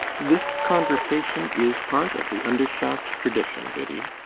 this conversation is part of the undershaft tradition, biddy.